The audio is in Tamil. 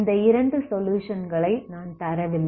இந்த இரண்டு சொலுயுஷன் களை நான் தரவில்லை